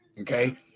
Okay